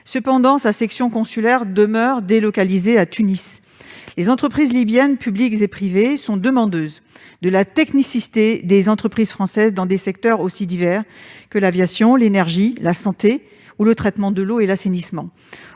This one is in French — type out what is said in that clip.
Toutefois, sa section consulaire demeure délocalisée à Tunis. Les entreprises libyennes, publiques et privées, sollicitent la technicité des entreprises françaises dans des secteurs aussi divers que l'aviation, l'énergie, la santé ou le traitement de l'eau et l'assainissement.